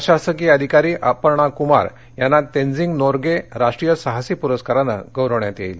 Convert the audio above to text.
प्रशासकीय अधिकारी अपर्णा कुमार यांना तेनजिंग नॉर्गे राष्ट्रीय साहसी पुरस्कारानं गौरविण्यात येईल